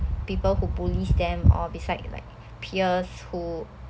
people who bullies them or beside like peers who